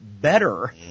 better